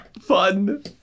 Fun